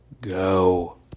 go